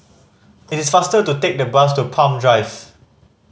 it is faster to take the bus to Palm Drive